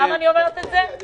זה לא